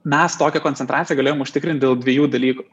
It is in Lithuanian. mes tokią koncentraciją galėjom užtikrint dėl dviejų dalykų